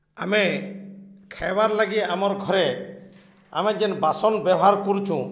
ଆମେ ଖାଏବାର୍ ଲାଗି ଆମର୍ ଘରେ ଆମେ ଯେନ୍ ବାସନ୍ ବ୍ୟବହାର୍ କରୁଚୁଁ